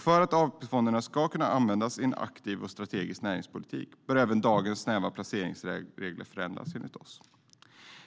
För att AP-fonderna ska kunna användas i en aktiv och strategisk näringspolitik bör, enligt oss, även dagens snäva placeringsregler förändras. Man skulle